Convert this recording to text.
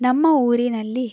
ನಮ್ಮ ಊರಿನಲ್ಲಿ